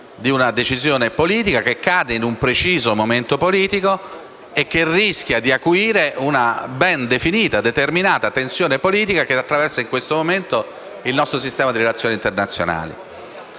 di una decisione politica, che cade in un preciso momento politico e che rischia di acuire una ben definita e determinata tensione politica che sta attraversando il nostro sistema di relazioni internazionali.